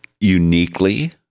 uniquely